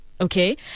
Okay